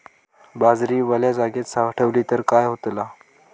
बाजरी वल्या जागेत साठवली तर काय होताला?